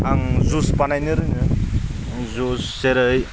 आं जुइस बानायनो रोङो जुइस जेरै